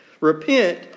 Repent